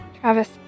Travis